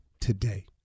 today